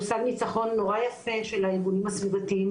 הושג ניצחון נורא יפה של הארגונים הסביבתיים,